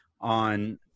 on